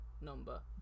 number